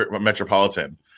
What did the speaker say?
metropolitan